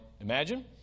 imagine